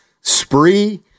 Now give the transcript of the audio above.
Spree